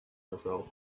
herself